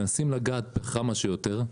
מנסים לגעת בכמה שיותר.